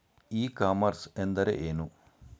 E commerce ಎಂದರೆ ಏನು?